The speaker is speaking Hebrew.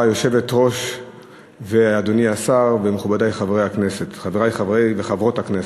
היושבת-ראש ואדוני השר ומכובדי חברי וחברות הכנסת.